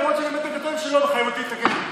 למרות, קודם שלא מחייב אותי להתאגד.